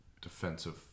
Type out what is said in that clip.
defensive